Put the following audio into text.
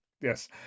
yes